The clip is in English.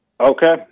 Okay